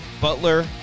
Butler